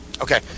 Okay